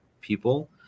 people